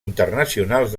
internacionals